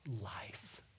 life